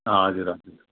हजुर हजुर